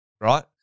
right